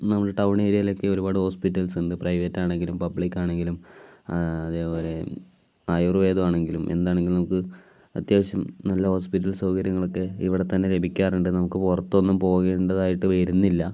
നമ്മുടെ ടൗൺ ഏരിയയിൽ ഒക്കെ ഒരുപാട് ഹോസ്പിറ്റൽസ് ഉണ്ട് പ്രൈവറ്റ് ആണെങ്കിലും പബ്ലിക് ആണെങ്കിലും അതേപോലെ ആയുർവേദമാണെങ്കിലും എന്താണെങ്കിലും നമുക്ക് അത്യാവശ്യം നല്ല ഹോസ്പിറ്റൽ സൗകര്യങ്ങളൊക്കെ ഇവിടെ തന്നെ ലഭിക്കാറുണ്ട് നമുക്ക് പുറത്തൊന്നും പോകേണ്ടതായിട്ട് വരുന്നില്ല